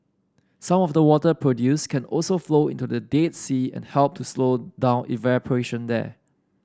some of the water produced can also flow into the Dead Sea and help to slow down evaporation there